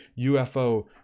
UFO